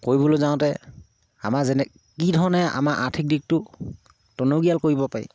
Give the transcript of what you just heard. কৰিবলৈ যাওঁতে আমাৰ যেনে কি ধৰণে আমাৰ আৰ্থিক দিশটো টনকিয়াল কৰিব পাৰি